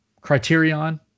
Criterion